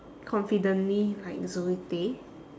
confidently like zoe tay